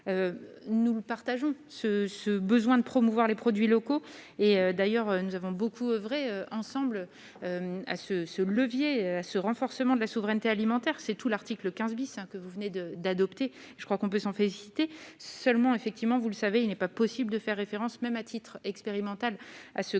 nous le partageons ce ce besoin de promouvoir les produits locaux, et d'ailleurs nous avons beaucoup oeuvré ensemble à ce ce levier ce renforcement de la souveraineté alimentaire, c'est tout l'article 15 bis que vous venez de d'adopter, je crois qu'on peut s'en féliciter, seulement, effectivement, vous le savez, il n'est pas possible de faire référence, même à titre expérimental à ce